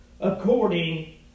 according